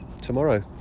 tomorrow